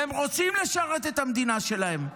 והם רוצים לשרת את המדינה שלהם,